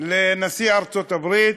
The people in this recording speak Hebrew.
לנשיא ארצות-הברית.